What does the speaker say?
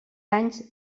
anys